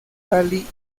rally